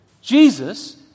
Jesus